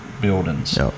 buildings